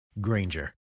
Granger